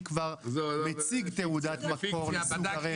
כבר הציג תעודת מקור על סוג הרכב הזה.